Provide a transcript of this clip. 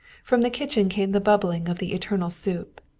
from the kitchen came the bubbling of the eternal soup.